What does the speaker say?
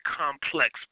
complex